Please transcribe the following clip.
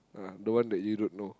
uh the one that you don't know